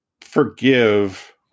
forgive